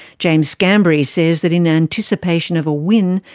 james scambary says that in anticipation of a win,